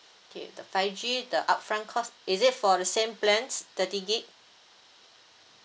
okay the five G the upfront cost is it for the same plans thirty gig